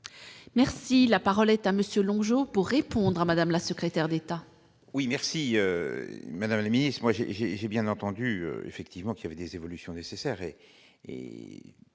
Merci, la parole est à monsieur longs jours pour répondre à Madame la secrétaire d'État. Oui merci madame la Miss, moi j'ai bien entendu effectivement qui avait des évolutions nécessaires et